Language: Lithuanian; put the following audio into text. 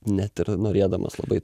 net ir norėdamas labai